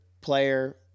player